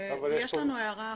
יש לנו הערה אחת.